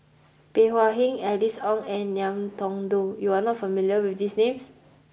Bey Hua Heng Alice Ong and Ngiam Tong Dow you are not familiar with these names